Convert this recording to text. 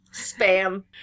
Spam